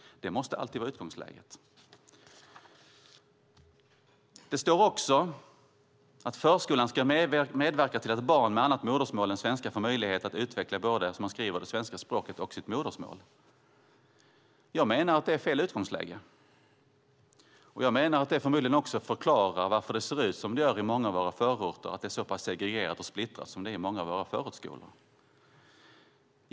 Det måste alltid vara utgångsläget. I läroplanen står det också att "förskolan ska medverka till att barn med annat modersmål än svenska får möjlighet att utveckla både det svenska språket och sitt modersmål". Jag menar att det är fel utgångsläge och att det förmodligen också förklarar varför det ser ut som det gör i många av våra förorter, varför det är så segregerat och splittrat som det är i många av våra förortsskolor.